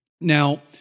Now